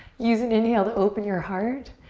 use an inhale to open your heart.